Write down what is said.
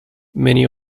many